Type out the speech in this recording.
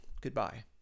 Goodbye